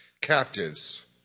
captives